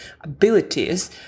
abilities